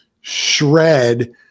shred